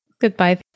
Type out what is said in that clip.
Goodbye